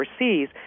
overseas